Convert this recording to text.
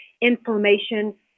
inflammation